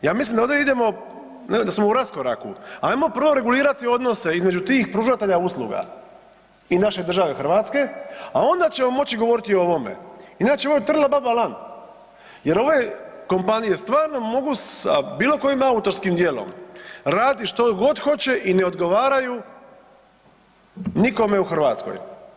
Ja mislim da ovdje idemo da smo u raskoraku, ajmo prvo regulirati odnose između tih pružatelja usluga i naše države Hrvatske, a onda ćemo moći govoriti o ovome, inače je ovo trla baba lan jer ove kompanije stvarno mogu sa bilo kojim autorskim djelom raditi što god i ne odgovaraju nikome u Hrvatskoj.